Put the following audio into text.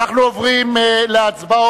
אנחנו עוברים להצבעות.